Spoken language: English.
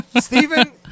Stephen